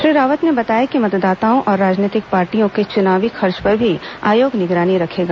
श्री रावत ने बताया कि मतदाताओं और राजनीतिक पार्टियों के चुनावी खर्च पर भी आयोग निगरानी रखेगा